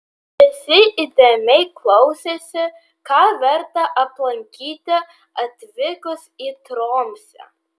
visi įdėmiai klausėsi ką verta aplankyti atvykus į tromsę